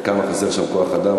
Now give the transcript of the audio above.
וכמה חסר שם כוח-אדם.